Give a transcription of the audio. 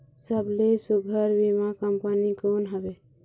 सबले सुघ्घर बीमा कंपनी कोन हवे?